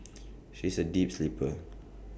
she is A deep sleeper